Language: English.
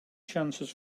chances